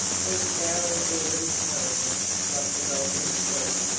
there's a barrel-organ caroling across a golden street,